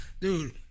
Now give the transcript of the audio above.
Dude